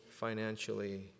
financially